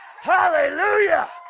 Hallelujah